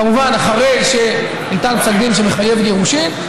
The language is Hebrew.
כמובן אחרי שניתן פסק דין שמחייב גירושין,